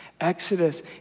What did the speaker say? Exodus